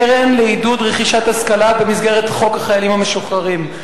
קרן לעידוד רכישת השכלה במסגרת חוק חיילים משוחררים.